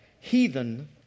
heathen